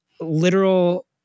literal